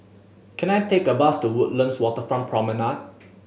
can I take a bus to Woodlands Waterfront Promenade